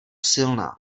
silná